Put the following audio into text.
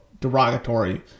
derogatory